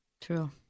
True